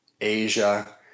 Asia